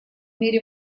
мере